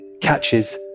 Catches